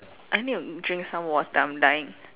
I need to drink some water I'm dying